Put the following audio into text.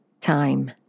time